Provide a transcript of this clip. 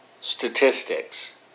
statistics